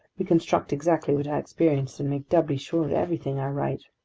reconstruct exactly what i experienced, and make doubly sure of everything i write.